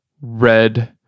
red